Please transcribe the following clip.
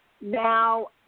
now